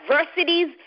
adversities